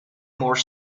more